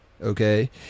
Okay